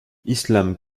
islam